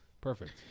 Perfect